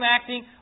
acting